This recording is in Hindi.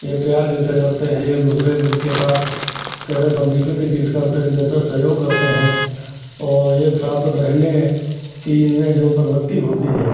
यह प्यार कैसे करते हैं एक दूसरे के उसके साथ कैसे समर्पित हैं किसका से यह कैसा सहयोग करते हैं और एक साथ रहने की इनमें जो प्रवृति होती है